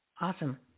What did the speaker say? Awesome